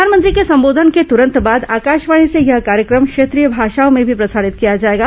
प्रधानमंत्री के संबोधन के तुरंत बाद आकाशवाणी से यह कार्यक्रम क्षेत्रीय भाषाओं में भी प्रसारित किया जाएगा